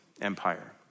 Empire